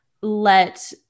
let